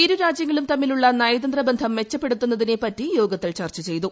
ഇരു രാജ്യങ്ങളും തമ്മിലുള്ള ന്യതന്ത്ര ബന്ധം മെച്ചപ്പെടുത്തുന്നതിനെപ്പറ്റി യോഗത്തിൽ ചർച്ച ചെയ്തു